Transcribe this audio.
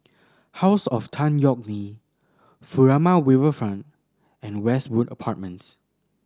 House of Tan Yeok Nee Furama Riverfront and Westwood Apartments